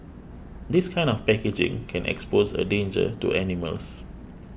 this kind of packaging can expose a danger to animals